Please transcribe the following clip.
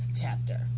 chapter